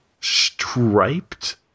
Striped